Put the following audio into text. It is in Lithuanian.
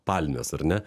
palmes ar ne